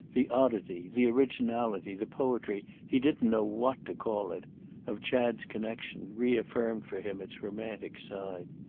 the oddity, the originality, the poetry he didn't know what to call it of chad's connexion reaffirmed for him its romantic side.